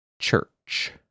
church